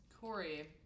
Corey